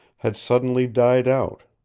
had suddenly died out.